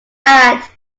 act